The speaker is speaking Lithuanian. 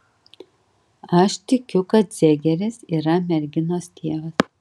aš tikiu kad zegeris yra merginos tėvas